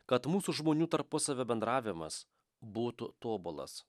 kad mūsų žmonių tarpusavio bendravimas būtų tobulas